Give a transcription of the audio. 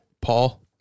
Paul